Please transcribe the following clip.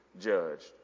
judged